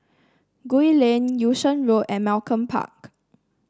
Gul Lane Yung Sheng Road and Malcolm Park